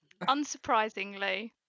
unsurprisingly